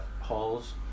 halls